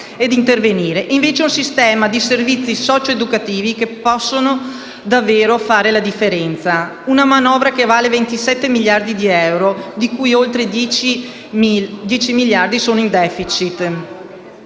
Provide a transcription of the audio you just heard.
e investire, invece, in un sistema di servizi socio-educativi che possano davvero fare la differenza. È una manovra che vale 27 miliardi di euro di cui oltre 10 miliardi sono in *deficit*.